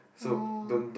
oh